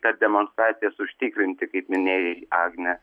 tas demonstracijas užtikrinti kaip minėjai agne